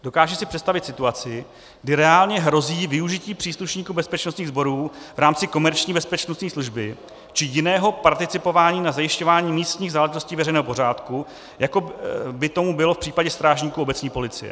Dokážu si představit situaci, kdy reálně hrozí využití příslušníků bezpečnostních sborů v rámci komerční bezpečnostní služby či jiného participování na zajišťování místních záležitostí veřejného pořádku, jako by tomu bylo v případě strážníků obecní policie.